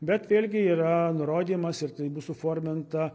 bet vėlgi yra nurodymas ir tai bus suforminta